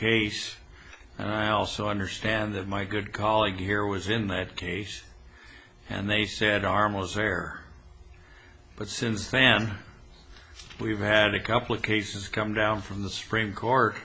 case and i also understand that my good colleague here was in that case and they said arm was fair but since then we've had a couple of cases come down from the supreme court